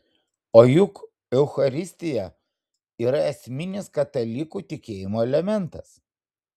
o juk eucharistija yra esminis katalikų tikėjimo elementas